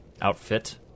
outfit